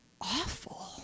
awful